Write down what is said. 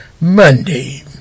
Monday